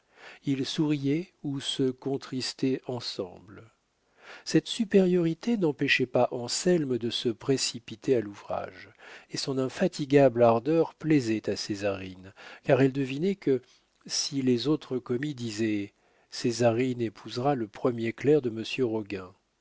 ils souriaient ou se contristaient ensemble cette supériorité n'empêchait pas anselme de se précipiter à l'ouvrage et son infatigable ardeur plaisait à césarine car elle devinait que si les autres commis disaient césarine épousera le premier clerc de